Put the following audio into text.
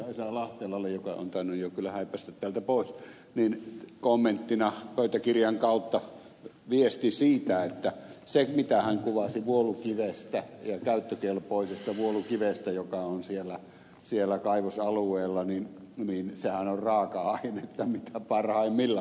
esa lahtelalle joka on tainnut kyllä jo häippästä täältä pois kommenttina pöytäkirjan kautta viesti siitä että se mitä hän kuvasi vuolukivestä ja käyttökelpoisesta vuolukivestä joka on siellä kaivosalueella niin sehän on raaka ainetta mitä parhaimmillaan